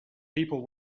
people